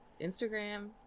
Instagram